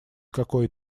какой